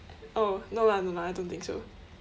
oh no lah no lah I don't think so